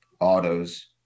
autos